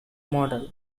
model